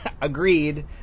Agreed